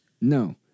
No